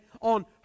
on